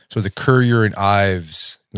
so the currier and ives,